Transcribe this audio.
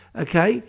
Okay